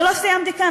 אבל לא סיימתי כאן.